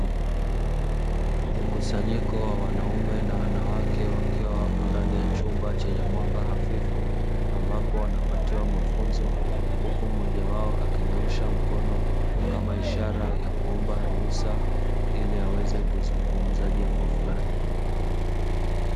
Mkusanyiko wa wanaume na wanawake wakiwa wapo ndani ya chumba chenye mwanga hafifu, ambapo wanapatiwa mafunzo huku mmoja wao akinyoosha mkono kama ishara ya kuonba ruhusa ili aweze kuzungunza jambo fulani.